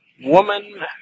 woman